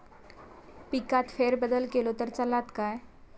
पिकात फेरबदल केलो तर चालत काय?